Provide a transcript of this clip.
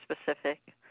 specific